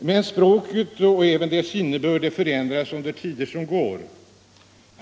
Men språket och även dess innebörd förändras under tider som går.